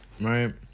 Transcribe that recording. right